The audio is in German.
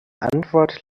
antwort